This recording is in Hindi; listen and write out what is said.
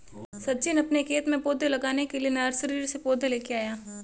सचिन अपने खेत में पौधे लगाने के लिए नर्सरी से पौधे लेकर आया